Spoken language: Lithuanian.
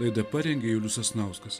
laidą parengė julius sasnauskas